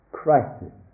crisis